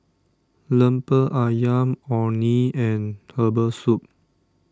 Lemper Ayam Orh Nee and Herbal Soup